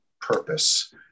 purpose